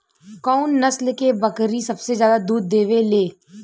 कउन नस्ल के बकरी सबसे ज्यादा दूध देवे लें?